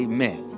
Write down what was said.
Amen